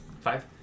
Five